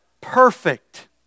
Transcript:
perfect